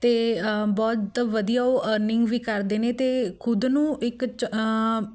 ਅਤੇ ਬਹੁਤ ਵਧੀਆ ਉਹ ਅਰਨਿੰਗ ਵੀ ਕਰਦੇ ਨੇ ਅਤੇ ਖੁਦ ਨੂੰ ਇੱਕ ਚ